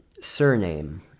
surname